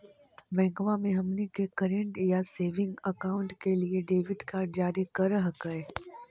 बैंकवा मे हमनी के करेंट या सेविंग अकाउंट के लिए डेबिट कार्ड जारी कर हकै है?